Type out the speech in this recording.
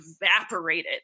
Evaporated